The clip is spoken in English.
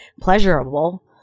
pleasurable